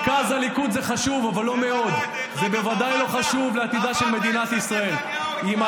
זה לא יחזיק מעמד אם יהיו פה אוטונומיות, אם